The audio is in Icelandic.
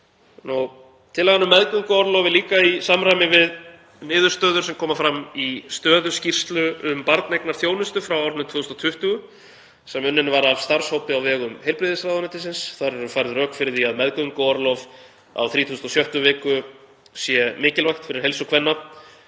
Tillagan um meðgönguorlof er líka í samræmi við niðurstöður sem koma fram í stöðuskýrslu um barneignaþjónustu frá árinu 2020 sem unnin var af starfshópi á vegum heilbrigðisráðuneytisins. Þar eru færð rök fyrir því að meðgönguorlof á 36. viku sé mikilvægt fyrir heilsu kvenna,